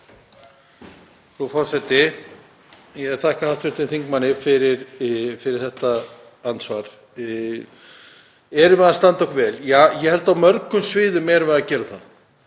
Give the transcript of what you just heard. Frú forseti. Ég þakka hv. þingmanni fyrir þetta andsvar. Erum við að standa okkur vel? Ja, ég held að á mörgum sviðum séum við að gera það.